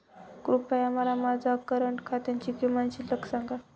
कृपया मला माझ्या करंट खात्याची किमान शिल्लक सांगा